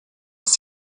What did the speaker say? dass